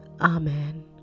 Amen